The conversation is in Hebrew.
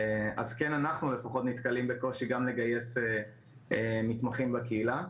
אז כן אנחנו לפחות נתקלים בקושי גם לגייס מתמחים בקהילה.